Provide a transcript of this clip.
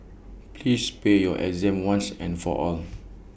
please pair your exam once and for all